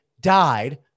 died